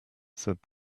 said